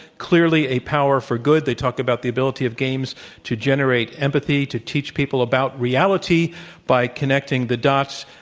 clearly, a power for good. they talked about the ability of games to generate empathy, to teach people about reality by connecting the dots.